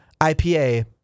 IPA